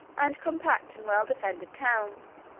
and compact and well-defended towns.